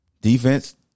Defense